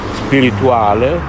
spirituale